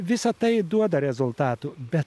visa tai duoda rezultatų bet